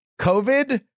COVID